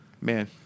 Man